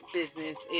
business